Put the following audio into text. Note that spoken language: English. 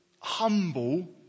humble